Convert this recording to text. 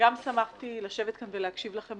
שמחתי לשבת כאן ולהקשיב לכם,